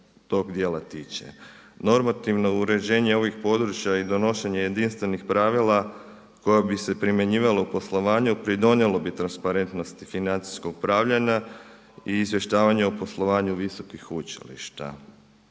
tog dijela tiče. Normativno uređenje ovih područja i donošenje jedinstvenih pravila koja bi se primjenjivala u poslovanju pridonijelo bi transparentnosti financijskog upravljanja i izvještavanja o poslovanju visokih učilišta.